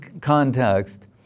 context